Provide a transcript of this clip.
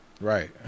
right